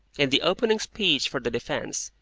in the opening speech for the defence,